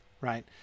right